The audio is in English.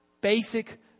basic